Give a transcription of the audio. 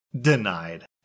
Denied